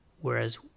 whereas